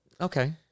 Okay